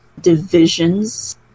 divisions